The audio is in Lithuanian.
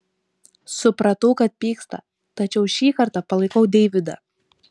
supratau kad pyksta tačiau šį kartą palaikiau deividą